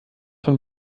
von